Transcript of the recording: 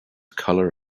color